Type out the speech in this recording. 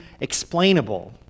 explainable